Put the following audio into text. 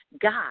God